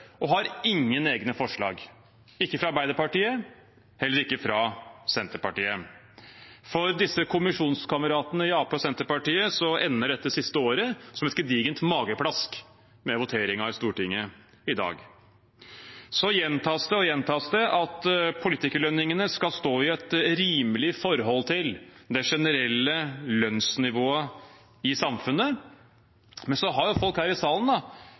og har ingen egne forslag – ikke Arbeiderpartiet, og heller ikke Senterpartiet. For kommisjonskameratene i Arbeiderpartiet og Senterpartiet ender dette siste året som et gedigent mageplask med voteringen i Stortinget i dag. Så gjentas det igjen og igjen at politikerlønningene skal stå i et rimelig forhold til det generelle lønnsnivået i samfunnet, men folk her i salen har jo gjort seg selv til en lønnsadel, samtidig som mange andre grupper i